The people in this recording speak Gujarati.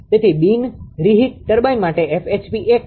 તેથી બિન રીહિટ ટર્બાઇન માટે 1 છે